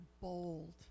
bold